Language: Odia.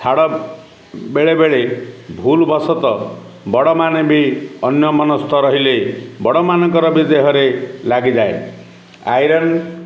ଛାଡ଼ ବେଳେବେଳେ ଭୁଲ୍ବଶତଃ ବଡ଼ମାନେ ବି ଅନ୍ୟମନସ୍କ ରହିଲେ ବଡ଼ମାନଙ୍କର ବି ଦେହରେ ଲାଗିଯାଏ ଆଇରନ୍